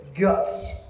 guts